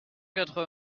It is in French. quatre